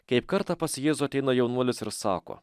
kaip kartą pas jėzų ateina jaunuolis ir sako